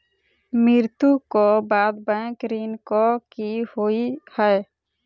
मृत्यु कऽ बाद बैंक ऋण कऽ की होइ है?